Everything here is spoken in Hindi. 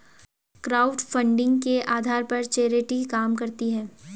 क्राउडफंडिंग के आधार पर चैरिटी काम करती है